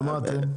ומה אתם?